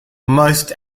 most